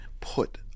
put